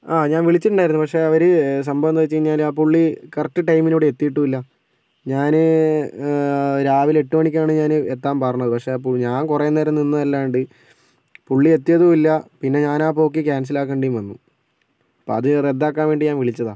ആ ഞാൻ വിളിച്ചിട്ട് ഉണ്ടായിരുന്നു പക്ഷേ അവര് സംഭവം എന്ന് വെച്ച് കഴിഞ്ഞാല് ആ പുള്ളി കറക്റ്റ് ടൈമിന് എത്തിയിട്ടുമില്ല ഞാന് രാവിലെ എട്ട് മണിക്ക് ആണ് ഞാന് എത്താൻ പറഞ്ഞത് പക്ഷേ ഞാൻ കുറെ നേരം നിന്നത് അല്ലാണ്ട് പുള്ളി എത്തിയതുമില്ല പിന്നെ ഞാൻ ആ പോക്ക് ക്യാൻസൽ ആക്കേണ്ടിയും വന്നു അപ്പോൾ അത് റദ്ദാക്കാൻ വേണ്ടി ഞാൻ വിളിച്ചതാണ്